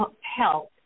help